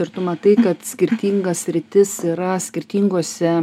ir tu matai kad skirtinga sritis yra skirtinguose